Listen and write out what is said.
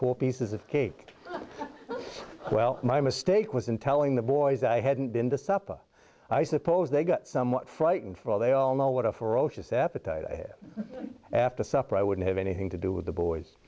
four pieces of cake well my mistake was in telling the boys i hadn't been to supper i suppose they got somewhat frightened for they all know what a ferocious appetite after supper i wouldn't have anything to do with the boys